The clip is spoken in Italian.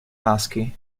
maschi